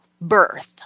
birth